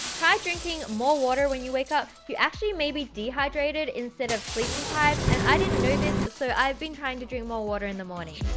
try drinking more water when you wake up, you actually may be dehydrated, instead of sleep deprived, and i didn't know this, so i've been trying to drink more water in the morning!